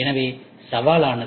எனவே சவாலானது